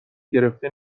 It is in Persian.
گرفته